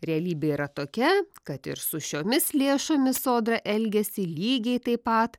realybė yra tokia kad ir su šiomis lėšomis sodra elgiasi lygiai taip pat